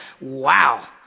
wow